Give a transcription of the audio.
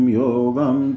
yogam